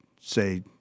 say